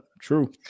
true